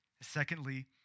Secondly